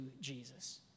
Jesus